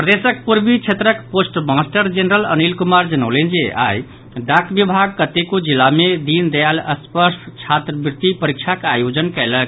प्रदेशक पूर्वी क्षेत्रक पोस्टमास्टर जेनरल अनिल कुमार जनौलनि जे आई डाक विभाग कतेको जिला मे दीनदयाल स्पर्श छात्रवृत्ति परीक्षाक आयोजन कयलक